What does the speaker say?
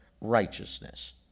righteousness